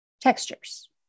textures